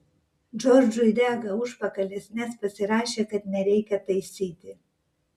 džordžui dega užpakalis nes pasirašė kad nereikia taisyti